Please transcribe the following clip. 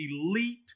elite